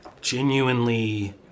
genuinely